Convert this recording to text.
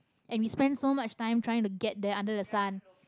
and we spend so much time trying to get there under the sun